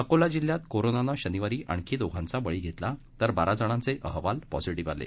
अकोला जिल्ह्यात कोरोनाने शनिवारी आणखी दोघांचा बळी घेतला तर बारा जणांचे अहवाल पॉझिटिव्ह आले